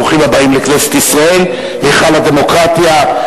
ברוכים הבאים לכנסת ישראל, היכל הדמוקרטיה.